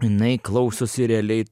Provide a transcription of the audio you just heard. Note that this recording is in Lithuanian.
jinai klausosi realiai